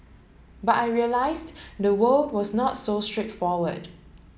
but I realised the world was not so straightforward